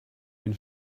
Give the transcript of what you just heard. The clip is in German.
den